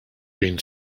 been